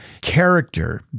character